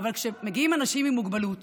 אבל כשמגיעים אנשים עם מוגבלות,